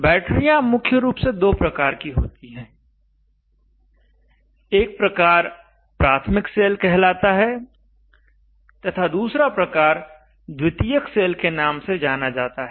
बैटरियाँ मुख्य रूप से दो प्रकार की होती हैं एक प्रकार प्राथमिक सेल कहलाता है तथा दूसरा प्रकार द्वितीयक सेल के नाम से जाना जाता है